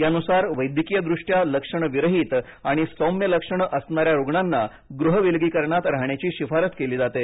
यानुसार वैद्यकीयदृष्ट्या लक्षणविरहीत आणि सौम्य लक्षणे असणाऱ्या रुग्णांना गृहविलगीकरणात राहण्याची शिफारस केली जाते